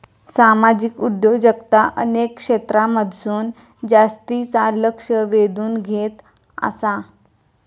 सामाजिक उद्योजकता अनेक क्षेत्रांमधसून जास्तीचा लक्ष वेधून घेत आसा